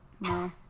No